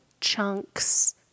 chunks